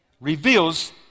reveals